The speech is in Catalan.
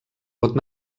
pot